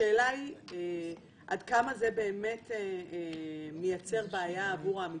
השאלה היא עד כמה זה מייצר בעיה עבור העמיתים,